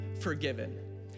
forgiven